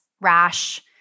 rash